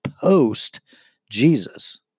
post-Jesus